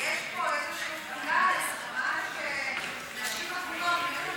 ויש פה אולי הסכמה שנשים עגונות,